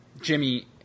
Jimmy